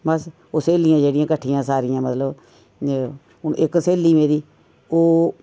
बस ओह् स्हेलियां जेह्ड़ियां किट्ठियां सारियां मतलब हून इक स्हेली मेरी ओह्